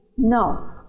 No